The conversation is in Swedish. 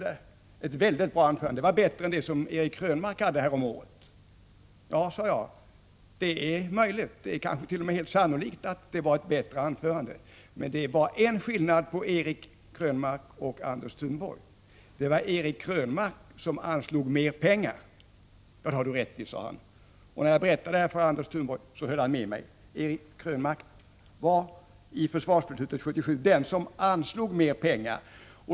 Det var bättre än det som Eric Krönmark höll häromåret. Ja, sade jag. Det är möjligt. Det är kansket.o.m. sannolikt att Thunborgs anförande var bättre, men det finns en annan skillnad mellan Eric Krönmark och Anders Thunborg: Eric Krönmark anslog mer pengar. Det har du rätt i, sade generalen, och när jag berättade det här för Anders Thunborg höll han med mig. Eric Krönmark var, i försvarsbeslutet 1977, den som anslog mer pengar.